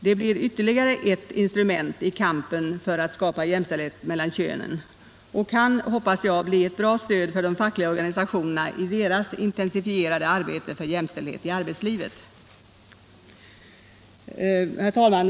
Det blir ytterligare ett instrument i kampen för att skapa jämställdhet mellan könen och kan, hoppas jag, bli ett bra stöd för de fackliga organisationerna i deras intensifierade arbete för jämställdhet i arbetslivet. Herr talman!